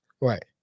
Right